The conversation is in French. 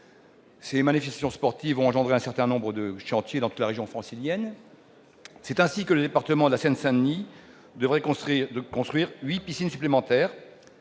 Ces manifestations sportives engendreront un certain nombre de chantiers dans toute la région francilienne. C'est ainsi que le département de la Seine-Saint-Denis devrait construire huit piscines supplémentaires.